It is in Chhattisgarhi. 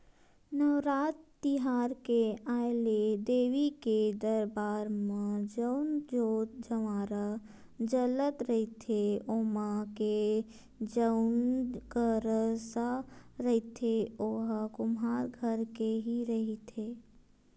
नवरात तिहार के आय ले देवी के दरबार म जउन जोंत जंवारा जलत रहिथे ओमा के जउन करसा रहिथे ओहा कुम्हार घर के ही रहिथे